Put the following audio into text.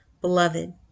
Beloved